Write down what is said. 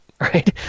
Right